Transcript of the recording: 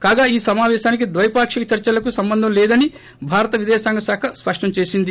కాగా ఈ సమాపేశానికి ద్వైపాకిక చర్చలకు సంబంధం లేదని భారత విదేశాంగ శాఖ స్పష్టం చేసింది